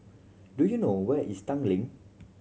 do you know where is Tanglin